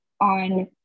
on